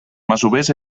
masovers